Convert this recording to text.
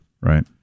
Right